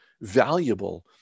valuable